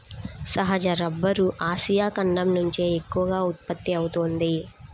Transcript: సహజ రబ్బరు ఆసియా ఖండం నుంచే ఎక్కువగా ఉత్పత్తి అవుతోంది